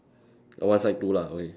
one side two lah okay !oi!